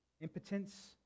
impotence